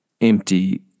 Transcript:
empty